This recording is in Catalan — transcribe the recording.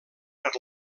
per